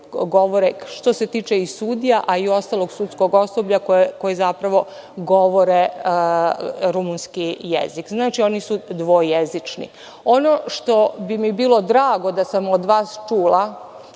što se tiče sudija, a i ostalog sudskog osoblja, rumunski jezik. Znači, oni su dvojezični. Ono što bi mi bilo drago da sam od vas čula,